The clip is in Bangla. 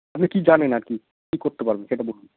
আপনি কী জানেন আর কি কী করতে পারবেন সেটা বলুন